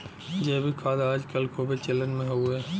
जैविक खाद आज कल खूबे चलन मे हउवे